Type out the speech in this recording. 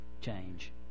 change